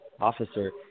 officer